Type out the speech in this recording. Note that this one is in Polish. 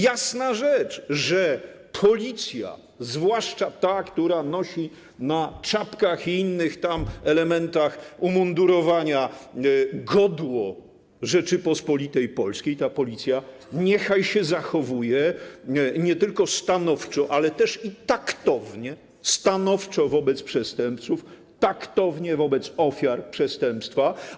Jasna rzecz, że policja, zwłaszcza ta, która nosi na czapkach i innych elementach umundurowania godło Rzeczypospolitej Polskiej, niechaj ta policja zachowuje się nie tylko stanowczo, ale też i taktownie: stanowczo wobec przestępców, taktownie wobec ofiar przestępstwa.